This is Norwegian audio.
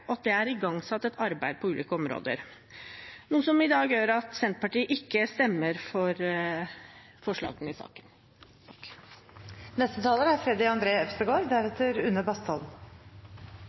og at det er igangsatt et arbeid på ulike områder, noe som gjør at Senterpartiet ikke stemmer for forslagene i saken